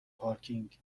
پارکینگ